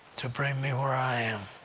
to bring me where i am.